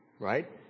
Right